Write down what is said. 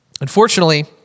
unfortunately